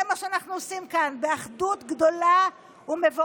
זה מה שאנחנו עושים כאן באחדות גדולה ומבורכת.